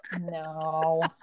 no